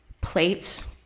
plates –